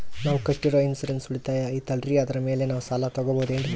ನಾವು ಕಟ್ಟಿರೋ ಇನ್ಸೂರೆನ್ಸ್ ಉಳಿತಾಯ ಐತಾಲ್ರಿ ಅದರ ಮೇಲೆ ನಾವು ಸಾಲ ತಗೋಬಹುದೇನ್ರಿ?